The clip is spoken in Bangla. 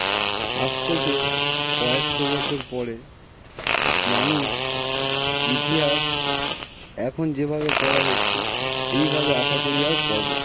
আজ থেকে কয়েকশো বছর পরে মানুষ ইতিহাস এখন যেভাবে পড়া হচ্ছে এইভাবে আশা করি আর পড়বে না